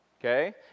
okay